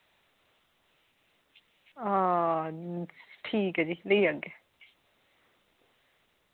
आं ठीक ऐ जी लेई आह्गे